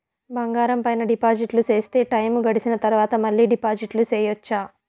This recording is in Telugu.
బంగారం పైన డిపాజిట్లు సేస్తే, టైము గడిసిన తరవాత, మళ్ళీ డిపాజిట్లు సెయొచ్చా?